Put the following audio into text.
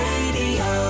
Radio